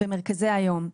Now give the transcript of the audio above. במרכזי היום.